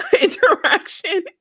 interaction